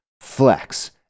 flex